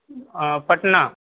अँ Patna